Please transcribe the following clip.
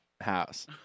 house